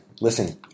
Listen